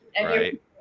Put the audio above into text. right